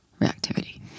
reactivity